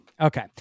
Okay